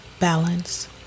balance